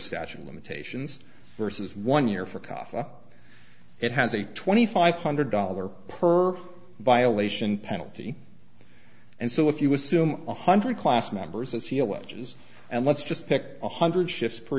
statute of limitations versus one year for coffee it has a twenty five hundred dollars per violation penalty and so if you assume one hundred class members as he alleges and let's just pick one hundred shifts per